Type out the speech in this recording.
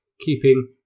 keeping